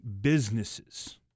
businesses